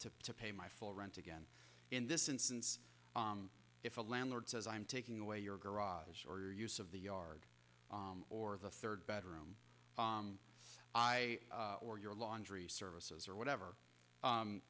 to pay my full rent again in this instance if the landlord says i'm taking away your garage or your use of the yard or the third bedroom if i or your laundry services or whatever